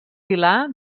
vilà